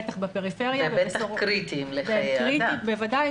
בטח בפריפריה --- ובוודאי שקריטיים לחיי אדם.